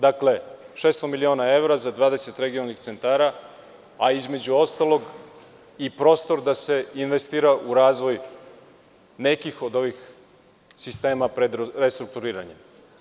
Dakle, 600 miliona evra za 20 regionalnih centara, a između ostalog i prostor da se investira u razvoj nekih od ovih sistema u restrukturiranju.